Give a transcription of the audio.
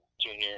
junior